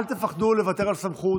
אל תפחדו לוותר על סמכות.